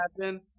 happen